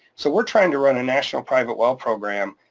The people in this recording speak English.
so we're trying to run a national private well program,